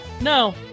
no